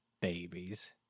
babies